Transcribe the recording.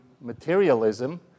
materialism